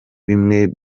bimwe